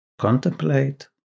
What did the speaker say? Contemplate